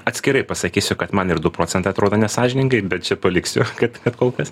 atskirai pasakysiu kad man ir du procentai atrodo nesąžiningai bet čia paliksiu kad kad kol kas